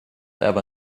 ever